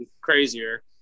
crazier